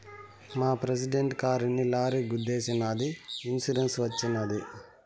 మా ప్రెసిడెంట్ కారుని లారీ గుద్దేశినాదని ఇన్సూరెన్స్ వచ్చినది